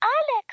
Alex